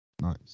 Nice